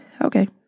Okay